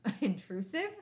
intrusive